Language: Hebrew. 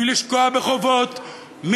מלשקוע בחובות,